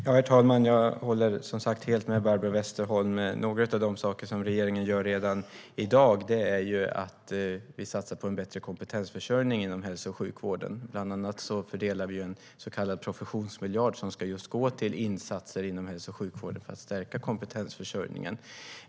Herr talman! Jag håller som sagt helt med Barbro Westerholm. Några av de saker som regeringen gör redan i dag är att vi satsar på en bättre kompetensförsörjning inom hälso och sjukvården. Bland annat fördelar vi en så kallad professionsmiljard, som ska gå till insatser inom hälso och sjukvården för att stärka kompetensförsörjningen.